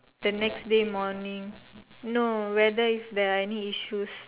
the next day morning no whether if there are any issues